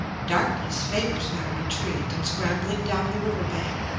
darkness favors my retreat, and scrambling down the river bank,